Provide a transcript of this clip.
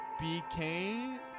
BK